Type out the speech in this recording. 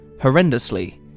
horrendously